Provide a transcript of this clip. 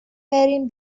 بریم